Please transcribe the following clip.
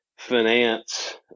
finance